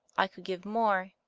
i could give more,